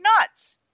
nuts